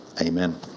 amen